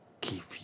give